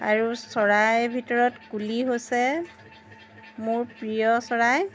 আৰু চৰাইৰ ভিতৰত কুলি হৈছে মোৰ প্ৰিয় চৰাই